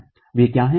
और वे क्या हैं